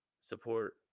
support